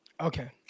Okay